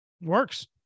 works